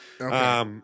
Okay